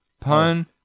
pun